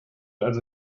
also